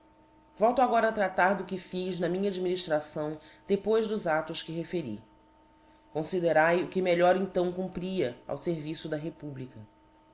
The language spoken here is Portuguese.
volto agora a traílar do que fiz na minha adminiftração depois dos aílos que referi confiderae o que melhor então cumpria ao ferviço da republica